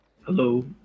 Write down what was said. Hello